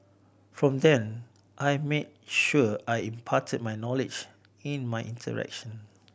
from then I made sure I imparted my knowledge in my interaction